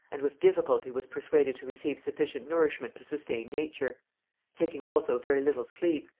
and with difficulty was persuaded to receive sufficient nourishment to sustain nature taking also very little sleep,